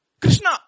Krishna